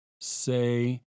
say